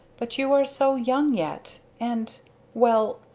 but you are so young yet and well,